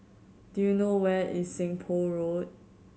do you know where is Seng Poh Road